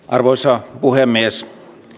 arvoisa puhemies